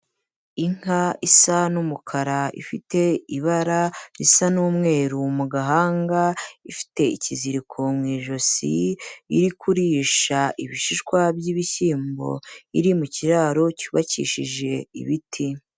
Inka isa n'umukara, ifite ibara risa n'umweru mu gahanga, ifite ikiziriko mu ijosi, iri kurisha ibishishwa by'ibishyimbo, iri mu kiraro cyubakishije ibiti.